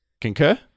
Concur